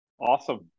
Awesome